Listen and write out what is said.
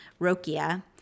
Rokia